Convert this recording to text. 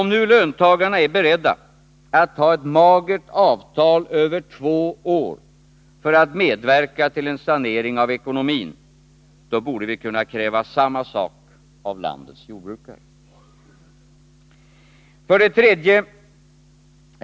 Om nu löntagarna är beredda att acceptera ett magert avtal över två år för att medverka till en sanering av ekonomin, så borde vi enligt min uppfattning kunna kräva samma sak av landets jordbrukare. 3.